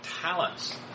talents